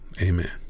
amen